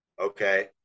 Okay